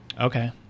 Okay